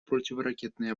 противоракетной